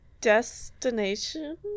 destination